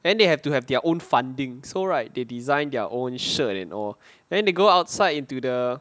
then they have to have their own funding so right they design their own shirt and all then they go outside into the